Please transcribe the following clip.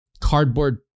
cardboard